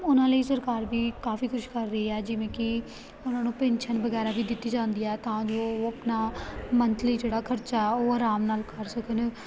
ਉਹਨਾਂ ਲਈ ਸਰਕਾਰ ਵੀ ਕਾਫੀ ਕੁਝ ਕਰ ਰਹੀ ਹੈ ਜਿਵੇਂ ਕਿ ਉਹਨਾਂ ਨੂੰ ਪੈਨਸ਼ਨ ਵਗੈਰਾ ਵੀ ਦਿੱਤੀ ਜਾਂਦੀ ਹੈ ਤਾਂ ਜੋ ਉਹ ਆਪਣਾ ਮੰਥਲੀ ਜਿਹੜਾ ਖਰਚਾ ਉਹ ਆਰਾਮ ਨਾਲ ਕਰ ਸਕਣ